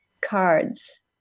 cards